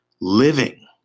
living